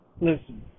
Listen